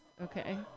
Okay